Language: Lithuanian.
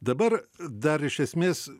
dabar dar iš esmės